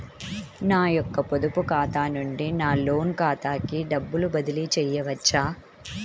నా యొక్క పొదుపు ఖాతా నుండి నా లోన్ ఖాతాకి డబ్బులు బదిలీ చేయవచ్చా?